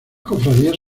cofradías